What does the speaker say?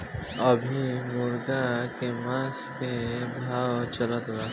अभी मुर्गा के मांस के का भाव चलत बा?